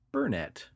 Burnett